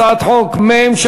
הצעת חוק מ/620,